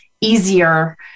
easier